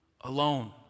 alone